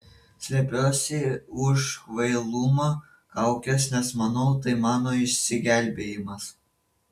slepiuosi už kvailumo kaukės nes manau tai mano išsigelbėjimas